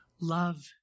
Love